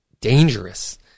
dangerous